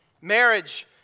Marriage